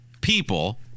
people